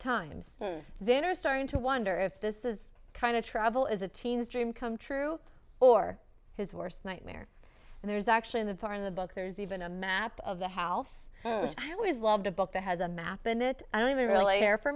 times zander starting to wonder if this is kind of travel is a teen's dream come true or his worst nightmare and there's actually in the part of the book there's even a map of the house i always loved a book that has a map in it i don't really care for